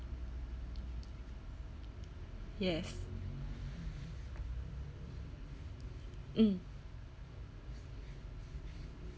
yes mm